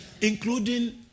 including